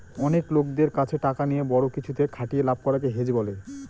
অনেক লোকদের কাছে টাকা নিয়ে বড়ো কিছুতে খাটিয়ে লাভ করাকে হেজ বলে